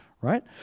right